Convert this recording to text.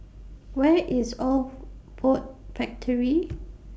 Where IS Old Ford Factory